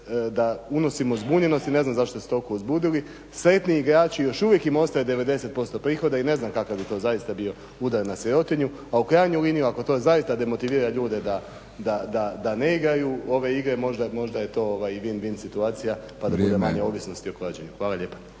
da unosimo zbunjenost i ne znam zašto ste se toliko uzbudili. Sretni igrači. Još uvijek im ostaje 90% prihoda i ne znam kakav bi to zaista bio udar na sirotinju. A u krajnju liniju ako to zaista demotivira ljude da ne igraju ove igre možda je to win win situacija pa da bude manje ovisnosti o klađenju. Hvala lijepa.